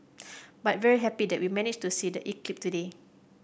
but very happy that we managed to see the eclipse today